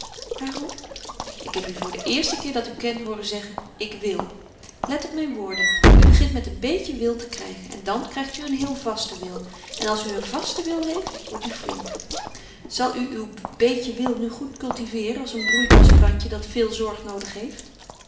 waarom ik heb u voor den eersten keer dat ik u ken hooren zeggen ik wil let op mijn woorden u begint met een beetje wil te krijgen en dan krijgt u een heel vasten wil en als u een vasten wil heeft wordt u flink zal u uw beetje wil nu goed cultiveeren als een broeikasplantje dat veel zorg noodig heeft